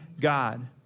God